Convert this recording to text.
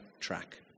track